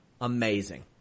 Amazing